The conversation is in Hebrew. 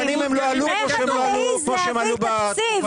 המחירים עלו בצורה מטורפת.